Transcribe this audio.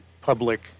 public